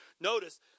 Notice